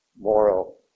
moral